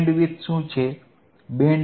bandwidth શું છે